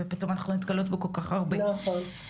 ופתאום אנחנו נתקלות בכל כך הרבה סיטואציות.